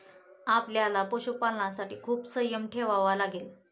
आपल्याला पशुपालनासाठी खूप संयम ठेवावा लागेल